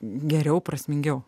geriau prasmingiau